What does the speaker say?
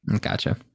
Gotcha